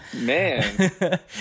Man